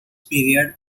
period